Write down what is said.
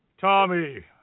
Tommy